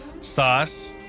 sauce